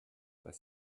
pas